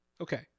Okay